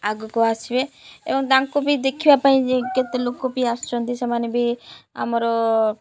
ଆଗକୁ ଆସିବେ ଏବଂ ତାଙ୍କୁ ବି ଦେଖିବା ପାଇଁ କେତେ ଲୋକ ବି ଆସୁଛନ୍ତି ସେମାନେ ବି ଆମର